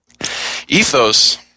Ethos